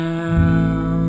now